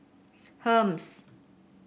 Hermes